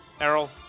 Errol